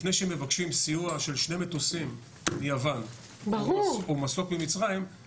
לפני שמבקשים סיוע של שני מטוסים מיוון או מסוק ממצרים,